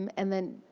um and then,